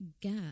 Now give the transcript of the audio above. get